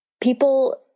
People